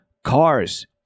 Cars